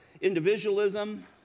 individualism